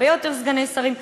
הרבה יותר סגני שרים.